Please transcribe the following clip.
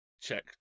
check